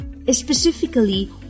Specifically